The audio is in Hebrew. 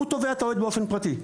הוא תובע את האוהד באופן פרטי.